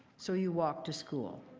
so you walk to school?